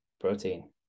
protein